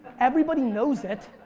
everybody knows it.